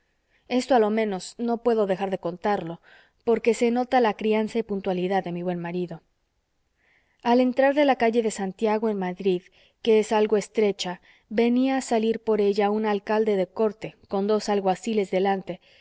esto a lo menos no puedo dejar de contarlo porque se note la crianza y puntualidad de mi buen marido al entrar de la calle de santiago en madrid que es algo estrecha venía a salir por ella un alcalde de corte con dos alguaciles delante